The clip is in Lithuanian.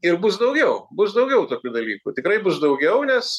ir bus daugiau bus daugiau tokių dalykų tikrai bus daugiau nes